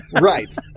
Right